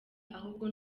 ahubwo